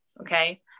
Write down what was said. Okay